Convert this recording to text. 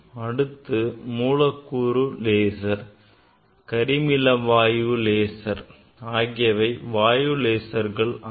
அடுத்து மூலக்கூறு லேசர் கரிமிலவாயு லேசர் ஆகியவை வாயு லேசர் ஆகும்